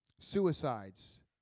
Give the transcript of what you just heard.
Suicides